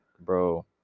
Bro